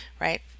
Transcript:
right